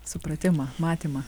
supratimą matymą